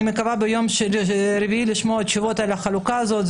אני מקווה ביום רביעי לשמוע תשובות על החלוקה הזאת.